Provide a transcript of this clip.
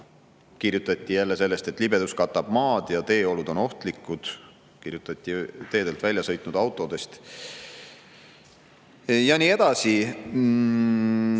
kirjutati jälle sellest, et libedus katab maad ja teeolud on ohtlikud, kirjutati teedelt välja sõitnud autodest. Ja nii edasi. Ja